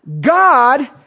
God